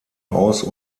aus